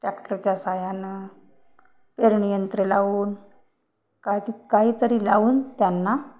ट्रॅक्टरच्या साहाय्यानं पेरणीयंत्र लावून कायचं काहीतरी लावून त्यांना